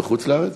בחוץ-לארץ.